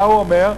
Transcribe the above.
מה הוא אומר?